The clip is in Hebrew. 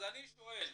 אני שואל